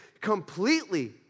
completely